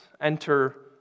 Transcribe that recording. Enter